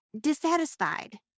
dissatisfied